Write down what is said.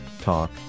Talk